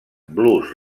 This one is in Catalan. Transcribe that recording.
blues